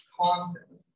constantly